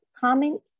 comment